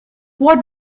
what